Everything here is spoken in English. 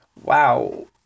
Wow